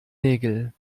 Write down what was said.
nägel